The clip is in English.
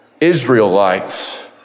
Israelites